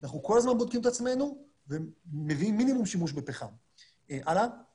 אנחנו רואים את השיקול האנרגטי המלא